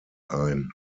ein